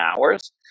hours